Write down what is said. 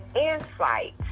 insight